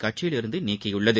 கட்சியிலிருந்து நீக்கியுள்ளது